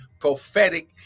prophetic